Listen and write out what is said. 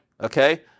Okay